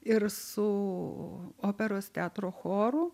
ir su operos teatro choru